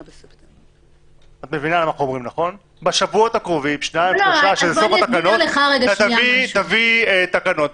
שניים, שלושה, שזה סוף התקנות תביאי תקנות.